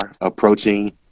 approaching